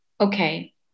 okay